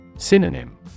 Synonym